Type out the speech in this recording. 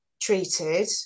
treated